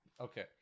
okay